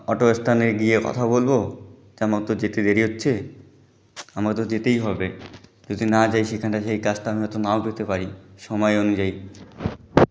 auto স্ট্যান্ডে গিয়ে কথা বলব কেন আমার তো যেতে দেরি হচ্ছে আমার তো যেতেই হবে যদি না যাই সেখানটা সেই কাজটা হয়তো নাও পেতে পারি সময় অনুযায়ী